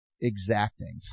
exacting